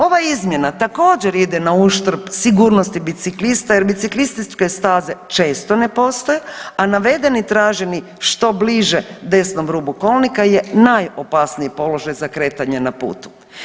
Ova izmjena također ide na uštrb sigurnosti biciklista jer biciklističke staze često ne postoje, a navedeni traženi što bliže desnom rubu kolnika je najopasniji položaj za kretanje na putu.